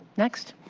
next.